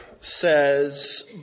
says